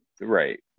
Right